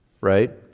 right